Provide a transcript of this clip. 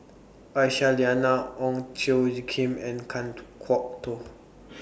Aisyah Lyana Ong Tjoe Kim and Kan Kwok Toh